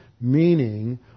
meaning